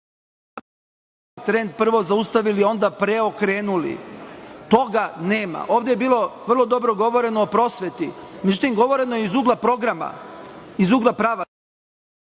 trend prvo zaustavili, a onda preokrenuli. Toga nema. Ovde je bilo vrlo dobro govoreno o prosveti, međutim, govoreno je iz ugla programa, iz ugla pravaca.